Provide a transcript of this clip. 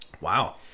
Wow